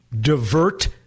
divert